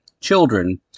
children